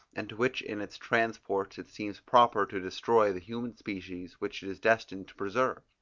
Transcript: and to which in its transports it seems proper to destroy the human species which it is destined to preserve.